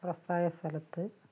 തുറസ്സായ സ്ഥലത്ത്